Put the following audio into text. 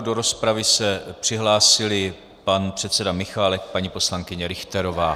Do rozpravy se přihlásili pan předseda Michálek a paní poslankyně Richterová.